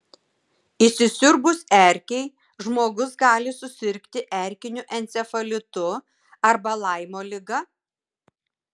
įsisiurbus erkei žmogus gali susirgti erkiniu encefalitu arba laimo liga